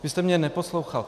Vy jste mě neposlouchal.